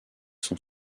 son